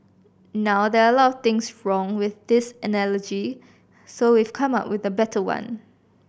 now there are a lot of things from with this analogy so we've come up with a better one